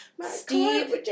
Steve